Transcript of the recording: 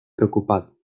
preocupado